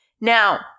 Now